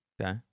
okay